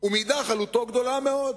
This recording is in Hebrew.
ומאידך עלותו גדולה מאוד.